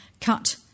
cut